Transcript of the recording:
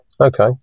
Okay